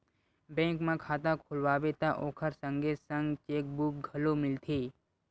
bank म खाता खोलवाबे त ओखर संगे संग चेकबूक घलो मिलथे